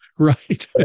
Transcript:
Right